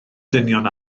dynion